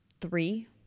three